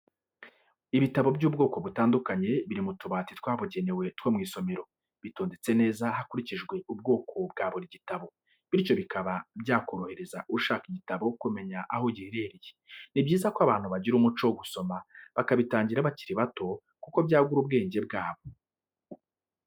Ibitabo by'ubwoko butandukanye biri mu tubati twabugenewe two mu isomero, bitondetse neza hakurikijwe ubwoko bwa buri gitabo, bityo bikaba byakorohereza ushaka igitabo kumenya aho giherereye, ni byiza ko abantu bagira umuco wo gusoma bakabitangira bakiri bato kuko byagura ubwenge bwabo.